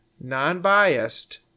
non-biased